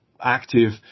active